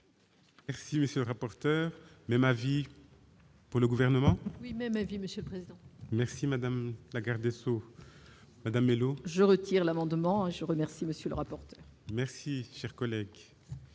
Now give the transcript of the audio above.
Merci messieurs rapporteur même avis pour le gouvernement. Oui, mais ma vie, monsieur le président. Merci madame la garde des sceaux Madame Mellow. Je retire l'amendement je remercie Monsieur rapporte. Merci, cher collègue,